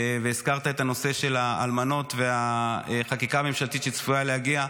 הזכרת את הנושא של האלמנות והחקיקה הממשלתית שצפויה להגיע.